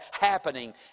happening